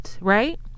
right